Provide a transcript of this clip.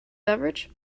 beverage